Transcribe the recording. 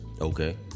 Okay